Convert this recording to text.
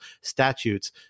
statutes